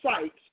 sites